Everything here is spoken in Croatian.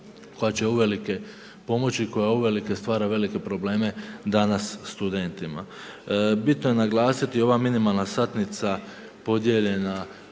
koja će uvelike pomoći i koja uvelike stvara velike probleme danas studentima. Bitno je naglasiti i ova minimalna satnica podijeljena